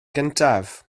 gyntaf